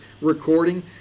recording